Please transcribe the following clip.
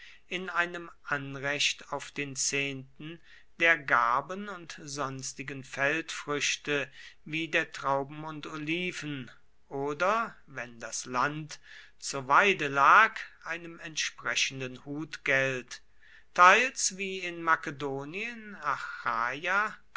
in einem anrecht auf den zehnten der garben und sonstigen feldfrüchte wie der trauben und oliven oder wenn das land zur weide lag einem entsprechenden hutgeld teils wie in makedonien achaia